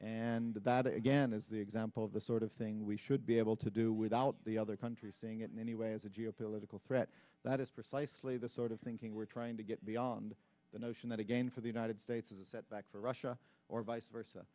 and that again is the example of the sort of thing we should be able to do without the other countries seeing it in any way as a geopolitical threat that is precisely the sort of thinking we're trying to get beyond the notion that again for the united states is a setback for russia or vice versa